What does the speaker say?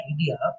idea